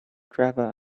driver